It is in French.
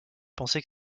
penser